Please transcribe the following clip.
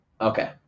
Okay